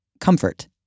comfort